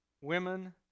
women